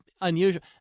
unusual